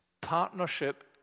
partnership